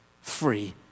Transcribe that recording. free